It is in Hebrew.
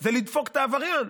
זה לדפוק את העבריין.